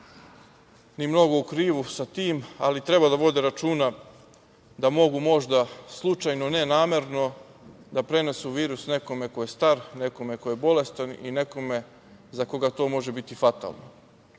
ni mnogo u krivu sa tim, ali treba da vode računa da mogu možda slučajno, ne namerno, da prenesu virus nekome ko je star, nekome ko je bolestan i nekome za koga to može biti fatalno